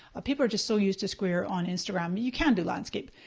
people are just so used to square on instagram. you can do landscape.